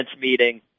meeting